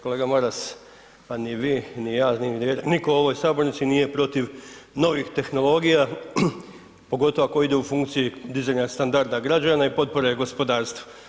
Kolega Maras, pa ni vi ni ja ni nitko u ovoj sabornici nije protiv novih tehnologija, pogotovo ako ide u funkciji dizanja standarda građana i potpore gospodarstvu.